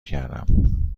کردم